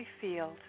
field